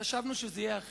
חשבנו שזה יהיה אחרת.